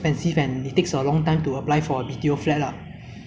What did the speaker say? I mean like if if a single flat can cost up to like